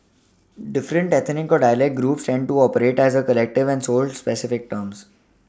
different ethnic or dialect groups tended to operate as a collective and sold specific items